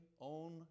own